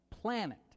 planet